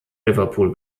liverpool